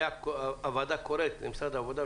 הוועדה קוראת למשרד העבודה,